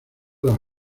las